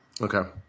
Okay